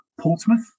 Portsmouth